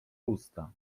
usta